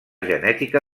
genètica